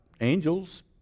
angels